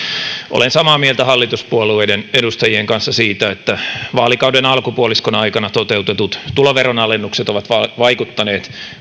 olen samaa mieltä hallituspuolueiden edustajien kanssa siitä että vaalikauden alkupuoliskon aikana toteutetut tuloveronalennukset ovat vaikuttaneet